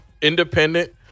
independent